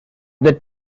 that